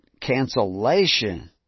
cancellation